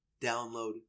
download